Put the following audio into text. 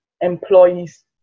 employees